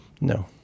No